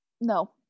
no